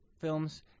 films